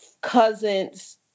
cousins